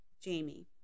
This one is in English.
Jamie